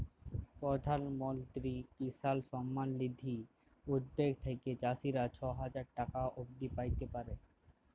পরধাল মলত্রি কিসাল সম্মাল লিধি উদ্যগ থ্যাইকে চাষীরা ছ হাজার টাকা অব্দি প্যাইতে পারে